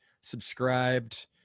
subscribed